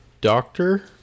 doctor